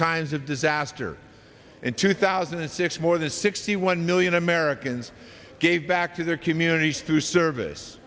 times of disaster in two thousand and six more than sixty one million americans gave back to their communities through service